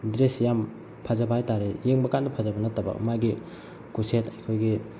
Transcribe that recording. dress ꯌꯥꯝ ꯐꯖꯕ ꯍꯥꯏꯇꯥꯔꯦ ꯌꯦꯡꯕ ꯀꯥꯟꯗ ꯐꯖꯕ ꯅꯠꯇꯕ ꯃꯥꯒꯤ ꯈꯨꯁꯦꯠ ꯑꯩꯈꯣꯏꯒꯤ